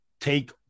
take